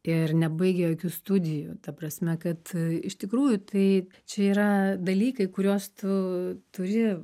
ir nebaigia jokių studijų ta prasme kad iš tikrųjų tai čia yra dalykai kuriuos tu turi